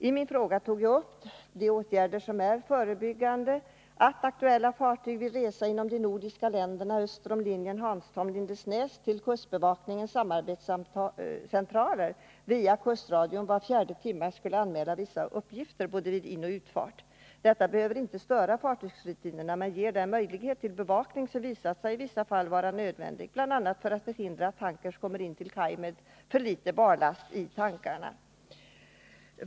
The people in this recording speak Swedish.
I min fråga tog jag upp de förebyggande åtgärderna. Det är bl.a. att aktuella fartyg vid resa inom de nordiska länderna, öster om linjen Hanstholm-Lindesnäs, via kustradion till kustbevakningens samarbetscentraler var fjärde timme skulle anmäla vissa uppgifter, både vid inoch utfart. Detta behöver inte störa fartygsrutiner men ger den möjlighet till bevakning som visat sig vara nödvändig i vissa fall, bl.a. för att förhindra att tankrar kommer in till kaj med för liten barlast i tankarna.